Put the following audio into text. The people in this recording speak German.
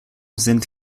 sind